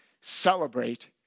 celebrate